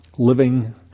living